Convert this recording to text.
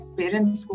parents